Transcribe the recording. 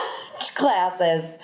classes